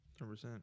100%